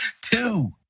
Two